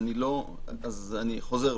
אז אני חוזר בי.